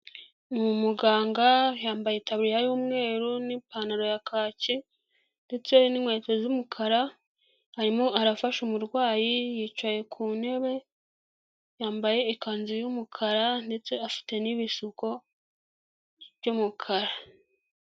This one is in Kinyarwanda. Ni umuganga yambaye itaburiya y'umweru n'ipantaro ya kake ndetse n'inkweto z'umukara arimo arafasha umurwayi, yicaye ku ntebe yambaye ikanzu y'umukara ndetse afite n'ibishuko by'umukara.